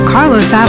Carlos